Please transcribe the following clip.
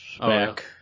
Back